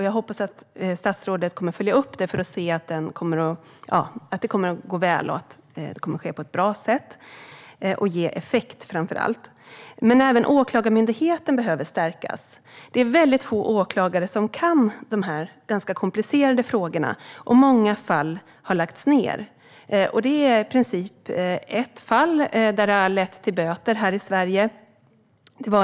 Jag hoppas att statsrådet kommer att följa upp att det sker på ett bra sätt och framför allt ger effekt. Även Åklagarmyndigheten behöver stärkas. Det är få åklagare som kan dessa ganska komplicerade frågor, och många fall har lagts ned. Det är i princip ett fall som har lett till böter här i Sverige.